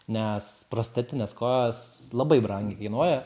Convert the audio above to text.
nes prostetinės kojos labai brangiai kainuoja